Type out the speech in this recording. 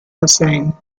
hussein